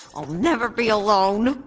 i'll never be alone.